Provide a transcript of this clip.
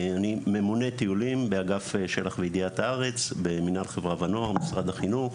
אני ממונה טיולים באגף של"ח וידיעת הארץ במנהל חברה ונוער במשרד החינוך,